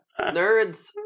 Nerds